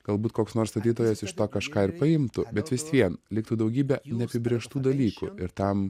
galbūt koks nors statytojas iš to kažką ir paimtų bet vis vien liktų daugybė neapibrėžtų dalykų ir tam